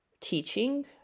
teaching